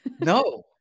no